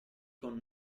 con